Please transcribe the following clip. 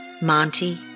Monty